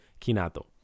Kinato